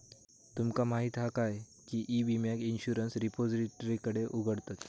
तुमका माहीत हा काय की ई विम्याक इंश्युरंस रिपोजिटरीकडे उघडतत